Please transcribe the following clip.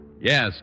Yes